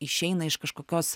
išeina iš kažkokios